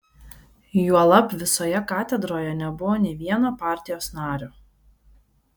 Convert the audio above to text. juolab visoje katedroje nebuvo nė vieno partijos nario